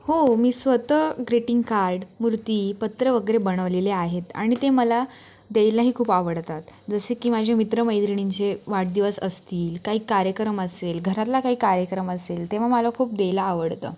हो मी स्वत ग्रिटिंग कार्ड मूर्ती पत्र वगैरे बनवलेले आहेत आणि ते मला द्यायलाही खूप आवडतात जसं की माझे मित्र मैत्रिणींचे वाढदिवस असतील काही कार्यक्रम असेल घरातला काही कार्यक्रम असेल तेव्हा मला खूप द्यायला आवडतं